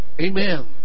amen